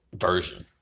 version